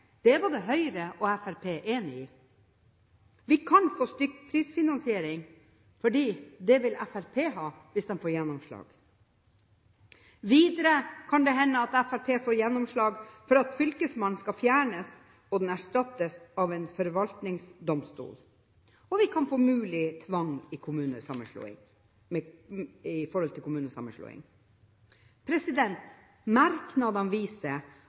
Det er Høyre og Fremskrittspartiet enige i. Vi kan få stykkprisfinansiering, for det vil Fremskrittspartiet ha – hvis de får gjennomslag. Videre kan det hende at Fremskrittspartiet får gjennomslag for at Fylkesmannen skal fjernes og erstattes av en forvaltningsdomstol. Det kan muligens bli tvang når det gjelder kommunesammenslåing.